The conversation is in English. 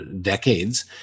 decades